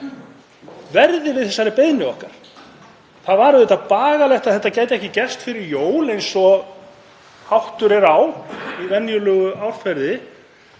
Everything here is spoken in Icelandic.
verði við þessari beiðni okkar. Það var auðvitað bagalegt að þetta gæti ekki gerst fyrir jól eins og vaninn er í venjulegu árferði,